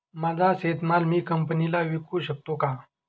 माझा शेतीमाल मी कंपनीला विकू शकतो का?